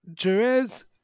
Jerez